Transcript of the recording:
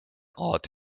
ort